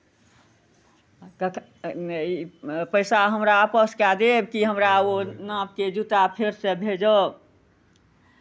आ पैसा हमरा आपस कए देब कि हमरा ओ नापके जुत्ता फेरसँ भेजब